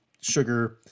sugar